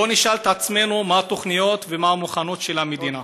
בואו נשאל את עצמנו מה התוכניות ומה המוכנות של המדינה.